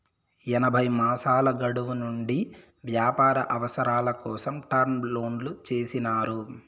ఎనభై మాసాల గడువు నుండి వ్యాపార అవసరాల కోసం టర్మ్ లోన్లు చేసినారు